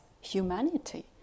humanity